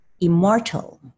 immortal